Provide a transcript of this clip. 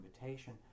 invitation